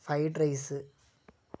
fried rice